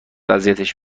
اذیتش